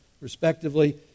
respectively